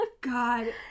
God